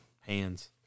Hands